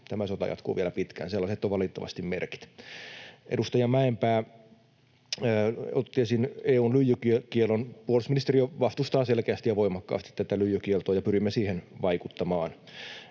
Tämä sota jatkuu vielä pitkään, sellaiset ovat valitettavasti merkit. Edustaja Mäenpää otti esiin EU:n lyijykiellon. Puolustusministeriö vastustaa selkeästi ja voimakkaasti tätä lyijykieltoa, ja pyrimme siihen vaikuttamaan.